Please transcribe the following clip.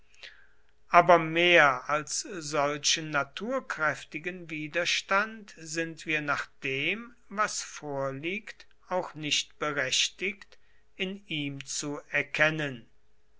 aber mehr als solchen naturkräftigen widerstand sind wir nach dem was vorliegt auch nicht berechtigt in ihm zu erkennen